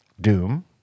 doom